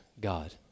God